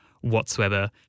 whatsoever